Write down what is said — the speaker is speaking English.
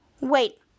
wait